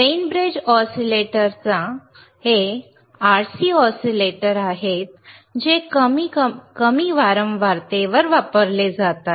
Wien bridge ऑसीलेटरचा हे RC oscillator आहेत जे कमी वारंवारतेवर वापरले जातात